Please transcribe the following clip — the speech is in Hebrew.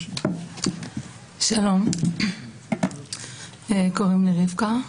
שלום, קוראים לי רבקה,